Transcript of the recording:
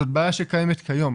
זאת בעיה שקיימת כיום.